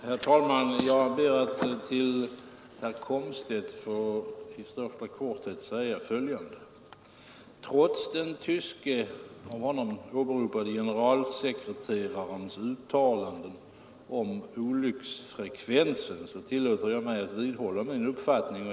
Herr talman! Jag ber att till herr Komstedt i största korthet få säga följande: Trots den tyske av honom åberopade generalsekreterarens uttalande om olycksfallsfrekvensen tillåter jag mig att vidhålla min uppfattning.